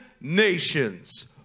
nations